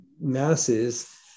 masses